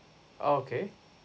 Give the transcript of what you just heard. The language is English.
okay